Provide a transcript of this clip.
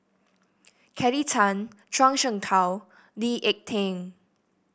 Kelly Tang Zhuang Shengtao Lee Ek Tieng